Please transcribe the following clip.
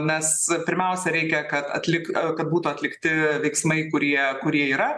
nes pirmiausia reikia kad atlik kad būtų atlikti veiksmai kurie kurie yra